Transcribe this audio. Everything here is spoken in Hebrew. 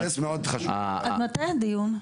עד מתי הדיון?